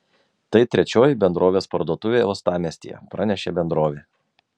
tai trečioji bendrovės parduotuvė uostamiestyje pranešė bendrovė